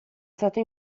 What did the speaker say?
stato